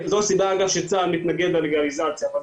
זו הסיבה אגב שצה"ל מתנגד ללגליזציה, אבל